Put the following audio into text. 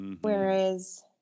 Whereas